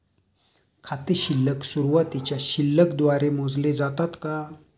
खाते शिल्लक सुरुवातीच्या शिल्लक द्वारे मोजले जाते का?